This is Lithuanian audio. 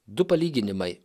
du palyginimai